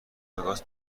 وگاس